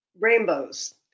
Rainbows